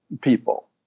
people